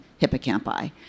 hippocampi